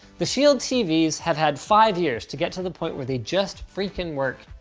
the shield tvs have had five years to get to the point where they just freakin' work.